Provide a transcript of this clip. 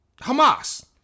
Hamas